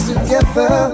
Together